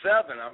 seven